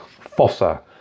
fossa